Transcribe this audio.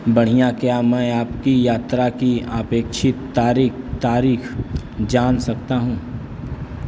बढ़िया क्या मैं आपकी यात्रा की अपेक्षित तारीक तारीख जान सकता हूँ